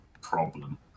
problem